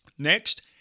Next